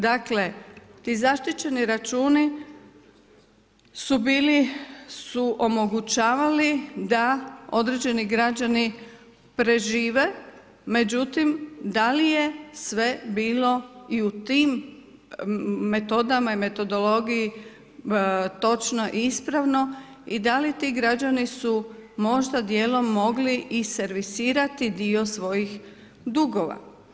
Dakle, ti zaštićeni računi su bili, su omogućavali da određeni građani prežive, međutim, da li je sve bilo i u tim metodama i u metodologiji točno i ispravno i da li ti građani su možda dijelom mogli i servisirati dio svojih dugova.